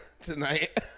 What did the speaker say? tonight